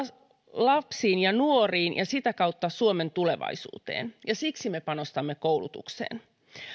lapsiin ja nuoriin ja sitä kautta suomen tulevaisuuteen ja siksi me panostamme koulutukseen